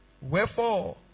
wherefore